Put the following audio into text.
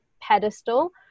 pedestal